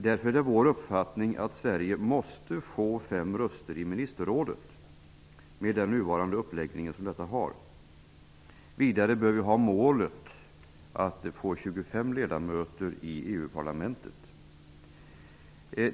Därför är det vår uppfattning att Sverige, med den nuvarande uppläggningen, måste få fem röster i ministerrådet. Vidare bör målet vara att få 25 ledamöter i EU-parlamentet.